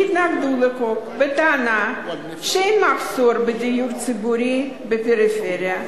התנגדו לחוק בטענה שאין מחסור בדיור ציבורי בפריפריה,